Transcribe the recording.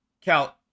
Cal